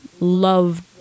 Love